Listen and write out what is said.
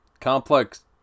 complex